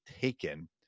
taken